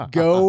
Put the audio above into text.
go